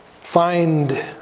find